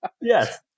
Yes